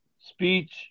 Speech